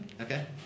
Okay